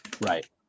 Right